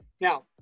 now